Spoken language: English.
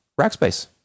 Rackspace